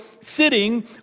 sitting